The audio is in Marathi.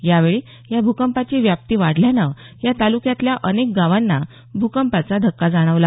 यावेळी या भूकंपाची व्याप्पी वाढल्यानं या तालुक्यांतल्या अनेक गावांना भूकंपाचा धक्का जाणवला